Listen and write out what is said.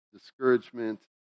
discouragement